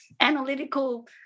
analytical